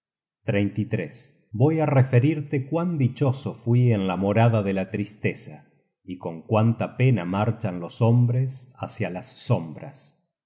voy á referirte cuán dichoso fui en la morada de la tristeza y con cuánta pena marchan los hombres hácia las sombras